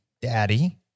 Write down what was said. daddy